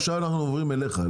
עכשיו אנחנו עוברים אליך,